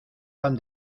pan